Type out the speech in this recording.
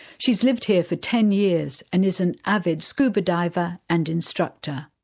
she's lived here for ten years and is an avid scuba diver and instructor.